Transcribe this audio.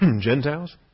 Gentiles